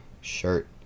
shirt